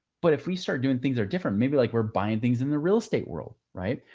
but if we start doing things are different. maybe like we're buying things in the real estate world, right?